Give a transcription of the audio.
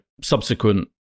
subsequent